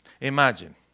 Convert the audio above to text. Imagine